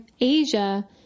Asia